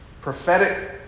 Prophetic